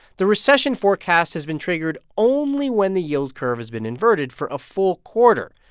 the recession forecast has been triggered only when the yield curve has been inverted for a full quarter,